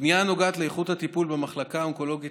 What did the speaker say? הפנייה נוגעת לאיכות הטיפול במחלקה האונקולוגית